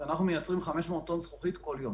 אנחנו מייצרים 500 טון זכוכית כל יום.